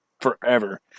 forever